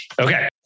Okay